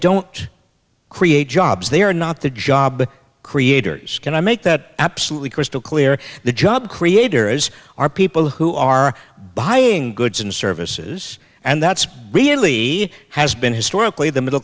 don't create jobs they are not the job creators can i make that absolutely crystal clear the job creators are people who are buying goods and services and that's being lee has been historically the middle